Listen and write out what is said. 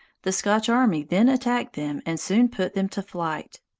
the scotch army then attacked them and soon put them to flight.